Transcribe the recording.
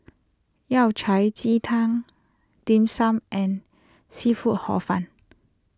Yao Cai Ji Tang Dim Sum and Seafood Hor Fun